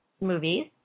movies